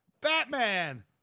Batman